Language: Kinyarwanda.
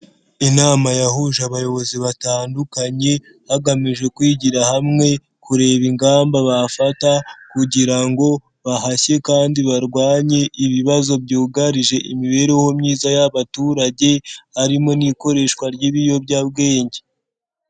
Inama yahuje abayobozi batandukanye, hagamijwe kwigira hamwe kureba ingamba bafata kugira ngo bahashye kandi barwanye ibibazo byugarije imibereho myiza y'abaturage, harimo n'ikoreshwa ry'ibiyobyabwenge.